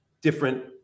different